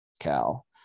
Cal